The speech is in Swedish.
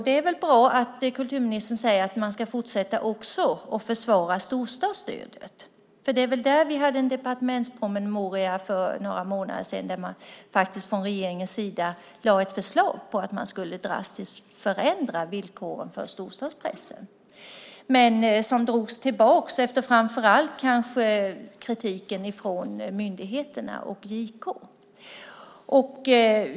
Det är bra att kulturministern säger att man ska fortsätta att försvara också storstadsstödet. Vi hade en departementspromemoria angående detta för någon månad sedan där regeringen lade fram ett förslag om att man skulle drastiskt förändra villkoren för storstadspressen. Det förslaget drogs tillbaka efter framför allt kritiken från myndigheterna och JK.